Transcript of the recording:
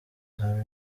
harry